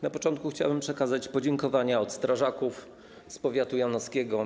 Na początku chciałem przekazać podziękowania od strażaków z powiatu janowskiego.